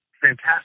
fantastic